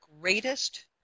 greatest